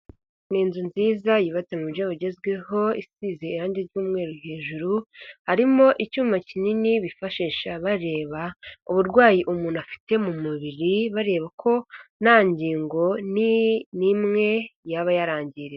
Ni inzu nziza yubatse mujyi bugezweho isize irangi ry'umweru hejuru, harimo icyuma kinini bifashi bareba uburwayi umuntu afite mu mubiri bareba ko ntatangingo n'imwe yaba yarangiritse.